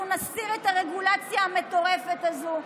אנחנו נסיר את הרגולציה המטורפת הזו,